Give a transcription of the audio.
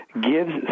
gives